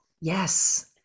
yes